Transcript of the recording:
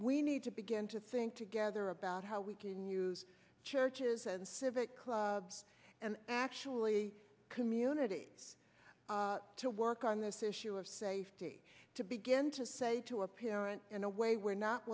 we need to begin to think together about how we can use churches and civic clubs and actually community to work on this issue of safety to begin to say to a parent in a way we're not